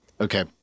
Okay